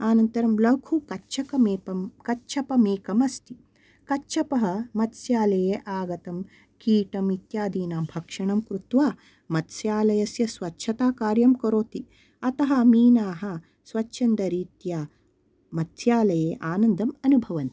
आनन्तरं लघु कच्छपमेकं कच्छपमेकम् अस्ति कच्छपः मत्स्यालये आगतं कीटमित्यादीनां भक्षणं कृत्वा मत्स्यालयस्य स्वच्छता कार्यं करोति अतः मीनाः स्वच्छन्दरीत्या मत्स्यालये आनन्दम् अनुभवन्ति